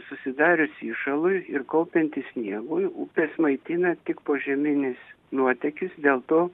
susidarius įšalui ir kaupiantis sniegui upes maitinasi tik požeminis nuotėkis dėl to